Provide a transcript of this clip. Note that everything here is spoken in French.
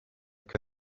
que